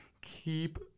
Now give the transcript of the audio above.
keep